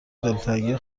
دلتنگی